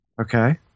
Okay